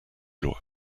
lois